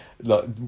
look